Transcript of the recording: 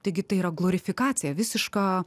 taigi tai yra glorifikacija visiška